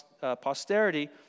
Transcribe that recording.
posterity